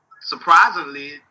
surprisingly